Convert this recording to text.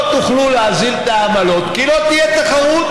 לא תוכלו להוזיל את העמלות, כי לא תהיה תחרות.